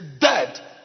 dead